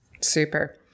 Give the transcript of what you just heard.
Super